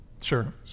Sure